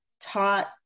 taught